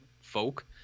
folk